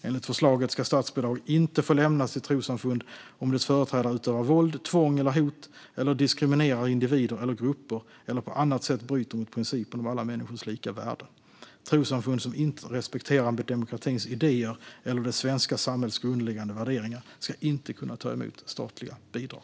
Enligt förslaget ska statsbidrag inte få lämnas till trossamfund om dess företrädare utövar våld, tvång eller hot eller diskriminerar individer eller grupper eller på annat sätt bryter mot principen om alla människors lika värde. Trossamfund som inte respekterar demokratins idéer eller det svenska samhällets grundläggande värderingar ska inte kunna ta emot statligt bidrag.